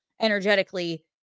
energetically